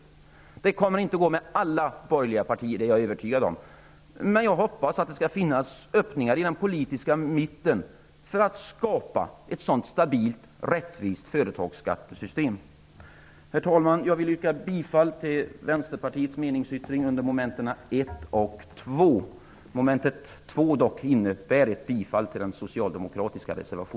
Jag är övertygad om att det inte går att få med alla borgerliga partier, men jag hoppas att det i den politiska mitten skall finnas öppningar för att skapa ett stabilt och rättvist företagsskattesystem. Herr talman! Jag vill yrka bifall till Vänsterpartiets meningsyttring under mom. 1 och 2. I mom. 2